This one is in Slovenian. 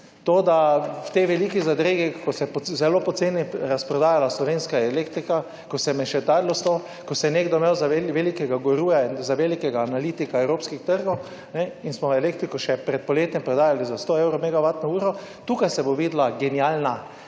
To, da v tej veliki zadregi, ko se je zelo poceni razprodajala slovenska elektrika, ko se je mešetarilo, ko se je nekdo imel za velikega guruja in za velikega analitika evropskih trgov in smo elektriko še pred poletjem prodajali za sto evrov megavatno uro. Tukaj se bo videla genialna